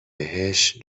بهش